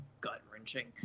gut-wrenching